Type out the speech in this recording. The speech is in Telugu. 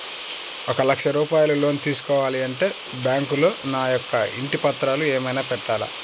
ఒక లక్ష రూపాయలు లోన్ తీసుకోవాలి అంటే బ్యాంకులో నా యొక్క ఇంటి పత్రాలు ఏమైనా పెట్టాలా?